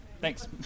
Thanks